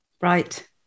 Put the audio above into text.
Right